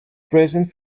present